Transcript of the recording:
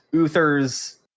Uther's